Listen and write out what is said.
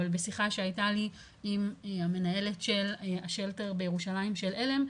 אבל בשיחה שהייתה לי המנהלת של השלטר בירושלים של עלם,